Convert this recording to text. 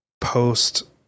post